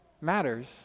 matters